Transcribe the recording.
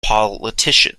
politicians